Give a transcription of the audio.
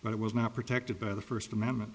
but it was not protected by the first amendment